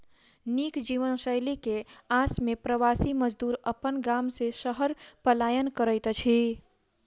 नीक जीवनशैली के आस में प्रवासी मजदूर अपन गाम से शहर पलायन करैत अछि